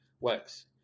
works